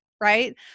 right